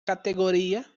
categoría